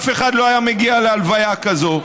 אף אחד לא היה מגיע להלוויה הזאת.